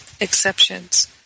exceptions